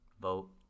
vote